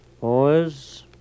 boys